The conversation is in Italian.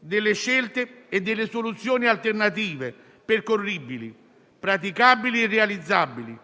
fornire scelte e soluzioni alternative percorribili, praticabili e realizzabili,